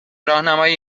راهنمایی